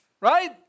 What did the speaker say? right